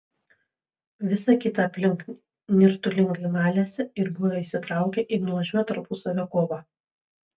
visa kita aplink nirtulingai malėsi ir buvo įsitraukę į nuožmią tarpusavio kovą